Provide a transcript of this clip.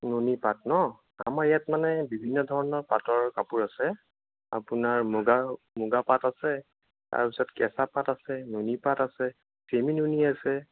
নুনী পাট ন আমাৰ ইয়াত মানে বিভিন্ন ধৰণৰ পাটৰ কাপোৰ আছে আপোনাৰ মুগা মুগা পাট আছে তাৰপিছত কেঁচা পাট আছে নুনী পাট আছে ছেমি নুনী আছে